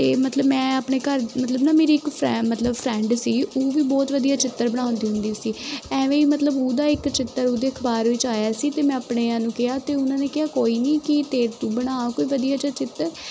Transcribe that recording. ਅਤੇ ਮਤਲਬ ਮੈਂ ਆਪਣੇ ਘਰ ਮਤਲਬ ਨਾ ਮੇਰੀ ਇੱਕ ਫਰੈ ਮਤਲਬ ਫਰੈਂਡ ਸੀ ਉਹ ਵੀ ਬਹੁਤ ਵਧੀਆ ਚਿੱਤਰ ਬਣਾਉਂਦੀ ਹੁੰਦੀ ਸੀ ਐਵੇਂ ਹੀ ਮਤਲਬ ਉਹਦਾ ਇੱਕ ਚਿੱਤਰ ਉਹਦੇ ਅਖਬਾਰ ਵਿੱਚ ਆਇਆ ਸੀ ਅਤੇ ਮੈਂ ਆਪਣਿਆਂ ਨੂੰ ਕਿਹਾ ਅਤੇ ਉਹਨਾਂ ਨੇ ਕਿਹਾ ਕੋਈ ਨਹੀਂ ਕਿ ਅਤੇ ਤੂੰ ਬਣਾ ਕੋਈ ਵਧੀਆ ਜਿਹਾ ਚਿੱਤਰ